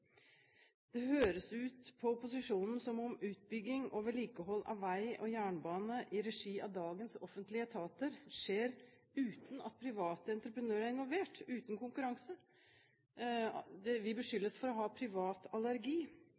Det høres ut på opposisjonen som om utbygging og vedlikehold av vei og jernbane i regi av dagens offentlige etater skjer uten at private entreprenører er involvert, uten konkurranse. Vi beskyldes for å ha